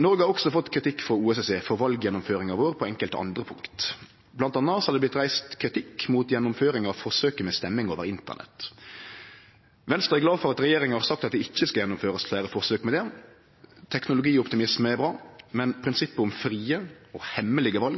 Noreg har også fått kritikk frå OSSE for valgjennomføringa vår på enkelte andre punkt. Blant anna er det reist kritikk mot gjennomføringa av forsøket med stemmegjeving over Internett. Venstre er glad for at regjeringa har sagt at det ikkje skal gjennomførast fleire forsøk med det. Teknologioptimisme er bra, men prinsippet om frie og hemmelege val